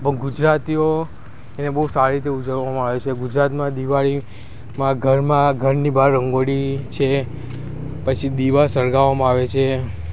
પણ ગુજરાતીઓ એને બહુ સારી રીતે ઉજવવામાં આવે છે ગુજરાતમાં દિવાળી માં ઘરમાં ઘરની બહાર રંગોળી છે પછી દીવા સળગાવવામાં આવે છે